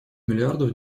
миллиардов